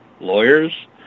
lawyers